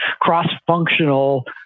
cross-functional